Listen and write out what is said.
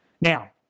Now